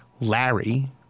Larry